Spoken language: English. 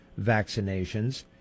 vaccinations